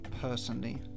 personally